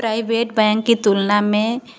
private bank की तुलना में